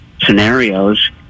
scenarios